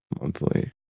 monthly